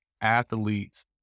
athletes